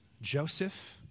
Joseph